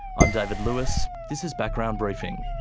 i'm david lewis, this is background briefing.